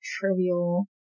trivial